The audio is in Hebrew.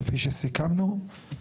כפי שסיכמנו.